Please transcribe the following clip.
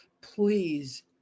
please